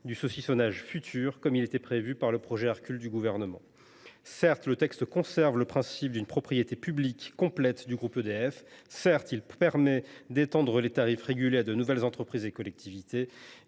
d’un saucissonnage futur, qui était d’ailleurs prévu par le projet Hercule du Gouvernement. Certes, le présent texte conserve le principe d’une propriété publique complète du groupe EDF ; certes, il permet d’étendre les tarifs régulés à de nouvelles entreprises et collectivités